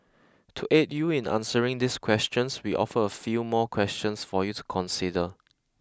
to aid you in answering this question we offer a few more questions for you to consider